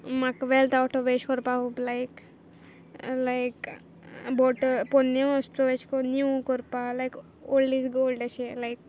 म्हाका wealth out of waste कोरपा खूब लायक लायक बोटल पोन्न्यो वस्तू एशें कोन्न नीव कोरपा लायक ओल्ड इज गोल्ड एशें लायक